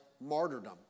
martyrdom